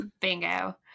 bingo